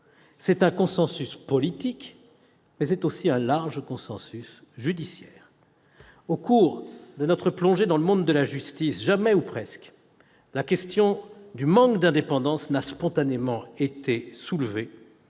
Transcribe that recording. d'un consensus politique, mais aussi d'un large consensus judiciaire. Au cours de notre plongée dans le monde de la justice, jamais ou presque la question du manque d'indépendance n'a spontanément été soulevée,